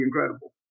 incredible